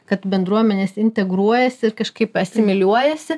kad bendruomenės integruojasi ir kažkaip asimiliuojasi